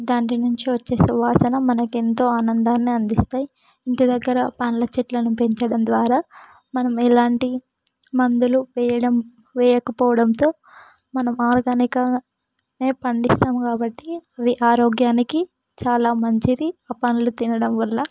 దాంట్లో నుంచి వచ్చే సువాసన మనకెంతో ఆనందాన్ని అందిస్తాయి ఇంటి దగ్గర పండ్ల చెట్లను పెంచడం ద్వారా మనం ఎలాంటి మందులు వేయడం వేయకపోవడంతో మన ఆర్గానిక్గానే పండిస్తాం కాబట్టి ఇది ఆరోగ్యానికి చాలా మంచిది పండ్లు తినడం వల్ల